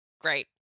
Great